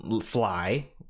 fly